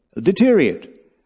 deteriorate